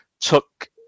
took